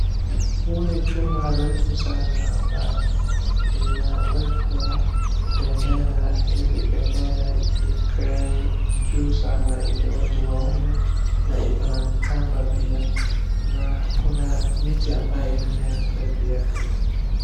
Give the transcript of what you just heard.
Huu ni chuma refu sana ambaye inawekwa bendera ili bendera ikae juu sana ili watu waone. Na iko na kamba pia. Na kuna miti ambayo imemea karibu yake.